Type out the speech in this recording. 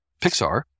Pixar